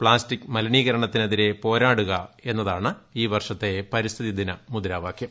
plastic മലിനീകരണത്തിനെതിരെ പോരാടുക എന്നതാണ് ഈ വർഷത്തെ പരിസ്ഥിതി ദിന മുദ്രാവാകൃം